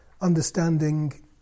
understanding